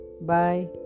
bye